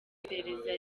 iperereza